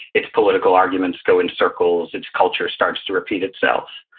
its political arguments go in circles its culture starts to repeat itself.